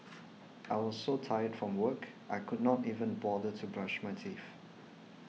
I was so tired from work I could not even bother to brush my teeth